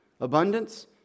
abundance